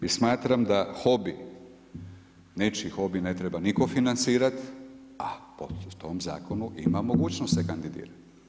I smatram da hobi, nečiji hobi ne treba nitko financirat, a po tom zakonu ima mogućnost se kandidirat.